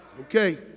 Okay